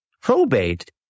probate